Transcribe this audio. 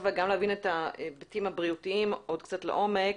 וגם להבין את ההיבטים הבריאותיים לעומק.